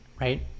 right